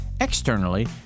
Externally